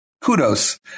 kudos